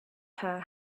her